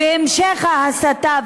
והמשך ההסתה,